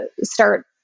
start